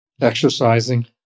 exercising